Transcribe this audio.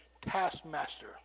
taskmaster